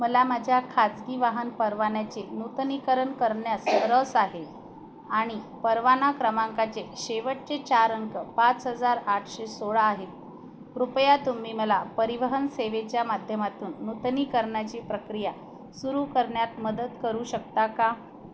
मला माझ्या खासगी वाहन परवान्याचे नूतनीकरन करण्यास रस आहे आणि परवाना क्रमांकाचे शेवटचे चार अंक पाच हजार आठशे सोळा आहेत कृपया तुम्ही मला परिवहनसेवेच्या माध्यमातून नूतनीकरणाची प्रक्रिया सुरू करण्यात मदत करू शकता का